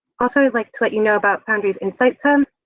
also i'd like to let you know about foundry's insights hub.